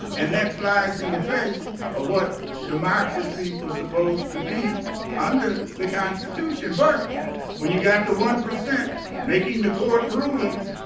and that flies in the face of what democracy was supposed to be under the constitution. but when you got to one, making the court rulings,